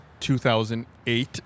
2008